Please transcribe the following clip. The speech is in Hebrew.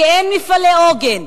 כי אין מפעלי עוגן.